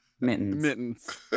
mittens